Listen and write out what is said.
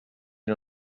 una